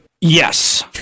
Yes